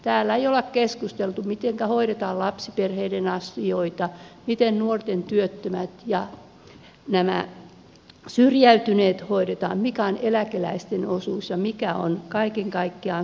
täällä ei ole keskusteltu mitenkä hoidetaan lapsiperheiden asioita miten nuoret työttömät ja syrjäytyneet hoidetaan mikä on eläkeläisten osuus ja mikä on kaiken kaikkiaan suomen osuus